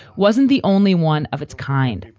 wasn't the only one of its kind,